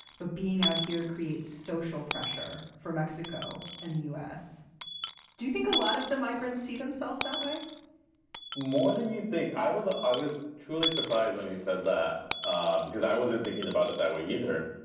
but being out here creates social pressure for mexico and the us. do you think a lot of the migrants see themselves that way more than you think? i was i was truly surprised when he said that ah because i wasn't thinking about it that way either.